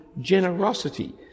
generosity